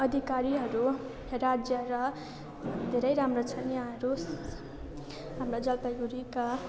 अधिकारीहरू राज्य र धेरै राम्रो छन् यहाँहरू हाम्रा जलपाइगुडीका